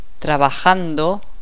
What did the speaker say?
trabajando